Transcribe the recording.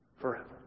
forever